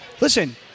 Listen